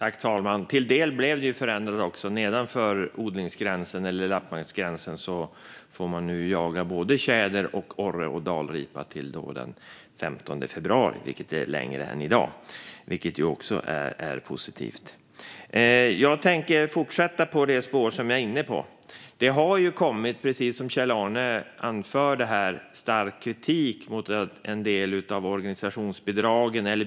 Fru talman! Till del blev det förändringar också nedanför odlingsgränsen eller lappmarksgränsen. Där får man nu jaga såväl tjäder som orre och dalripa till den 15 februari, vilket är längre än i dag. Även detta är positivt. Jag vill fortsätta på det spår som jag var inne på. Precis som Kjell-Arne anförde har det kommit stark kritik mot en del av organisationsbidragen.